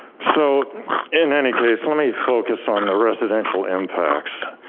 so in any case, let me focus on the residential impacts.